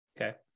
okay